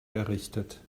errichtet